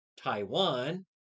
Taiwan